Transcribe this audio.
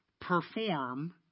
perform